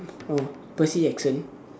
oh Percy Jackson